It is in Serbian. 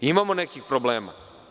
Imamo nekih problema.